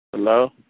Hello